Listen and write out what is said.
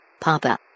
Papa